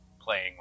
playing